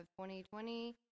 2020